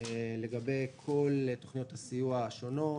לגבי כל תוכניות הסיוע השונות,